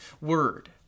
word